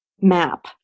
map